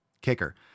kicker